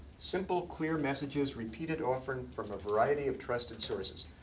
simple, clear messages, repeated often, from a variety of trusted sources.